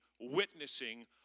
witnessing